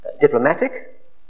diplomatic